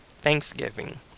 Thanksgiving